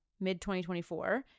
mid-2024